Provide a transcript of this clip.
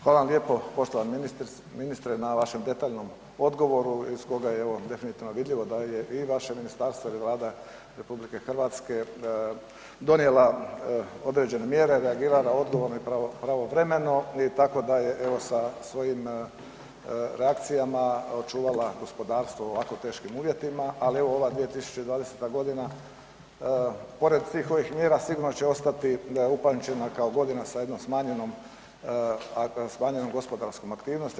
Hvala vam lijepo poštovani ministre na vašem detaljnom odgovoru iz koga je ovo definitivno vidljivo da je i vaše ministarstvo i Vlada RH donijela određene mjere, reagirala odgovorno i pravovremeno i tako da je evo sa svojim reakcijama očuvala gospodarstvo u ovako teškim uvjetima, ali evo, ova 2020. g. pored svih ovih mjera, sigurno će ostati upamćena kao godina sa jednom smanjenom gospodarskom aktivnosti.